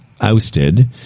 ousted